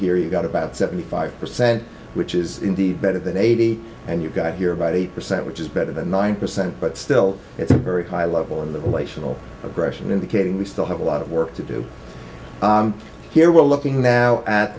theory got about seventy five percent which is indeed better than eighty and you got here about eight percent which is better than nine percent but still it's a very high level in the relational aggression indicating we still have a lot of work to do here we're looking now at